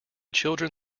children